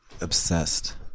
obsessed